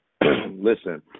Listen